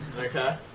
Okay